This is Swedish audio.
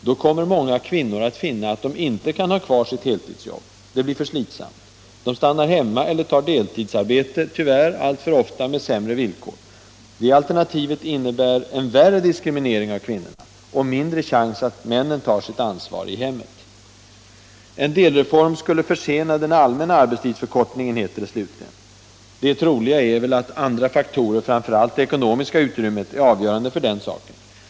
Då kommer många kvinnor att finna att de inte kan ha kvar sitt heltidsjobb, det blir för slitsamt. De stannar hemma eller tar deltidsarbete, tyvärr alltför ofta med sämre villkor. Det alternativet innebär en värre diskriminering av kvinnorna — och mindre chans att männen tar sitt ansvar i hemmet. En delreform skulle försena den allmänna arbetstidsförkortningen, heter det slutligen. Det troliga är väl att andra faktorer, framför allt det ekonomiska utrymmet, är avgörande för den saken.